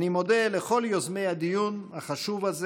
אני מודה לכל יוזמי הדיון החשוב הזה.